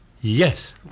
Yes